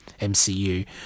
MCU